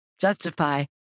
justify